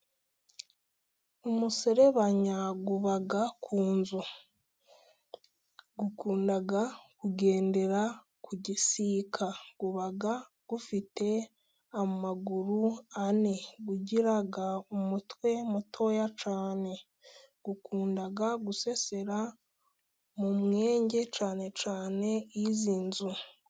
Umusererebanya uba ku nzu, ukunda kugendera ku gisika, uba ufite amaguru ane, ugira umutwe mutoya cyane, ukunda gusesera mu mwenge, cyane cyane iz'inzu.